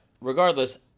regardless